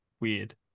weird